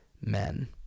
men